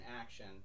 action